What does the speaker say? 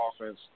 offense